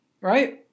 right